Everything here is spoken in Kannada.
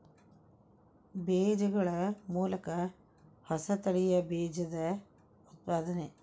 ಬೇಜಗಳ ಮೂಲಕ ಹೊಸ ತಳಿಯ ಬೇಜದ ಉತ್ಪಾದನೆ